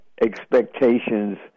expectations